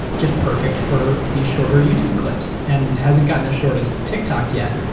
just perfect for these shorter youtube clips and hasn't gone as short as tiktok yet.